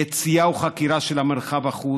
יציאה וחקירה של מרחב החוץ.